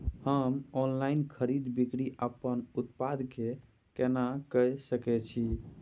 हम ऑनलाइन खरीद बिक्री अपन उत्पाद के केना के सकै छी?